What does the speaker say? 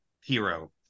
hero